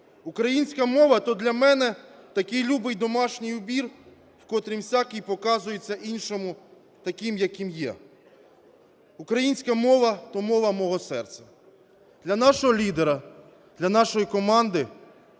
"Українська мова – то для мене такий любий домашній убір, в котрім всякий показується іншому таким, яким є. Українська мова – мова мого серця". Для нашого лідера, для нашої команди